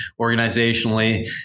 organizationally